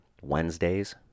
Wednesdays